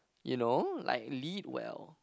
you know like lead well